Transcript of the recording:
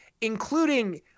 including